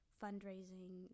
fundraising